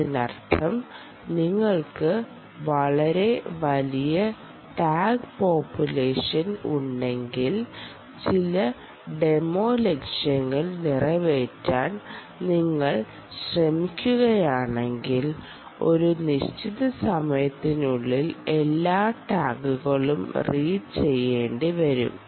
അതിനർത്ഥം നിങ്ങൾക്ക് വളരെ വലിയ ടാഗ് പോപ്പുലേഷൻ ഉണ്ടെങ്കിൽ ചില ഡെമോ ലക്ഷ്യങ്ങൾ നിറവേറ്റാൻ നിങ്ങൾ ശ്രമിക്കുകയാണെങ്കിൽ ഒരു നിശ്ചിത സമയത്തിനുള്ളിൽ എല്ലാ ടാഗുകളും റീഡ് ചെയ്യേണ്ടിവരും